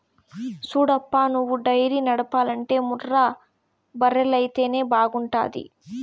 సూడప్పా నువ్వు డైరీ నడపాలంటే ముర్రా బర్రెలైతేనే బాగుంటాది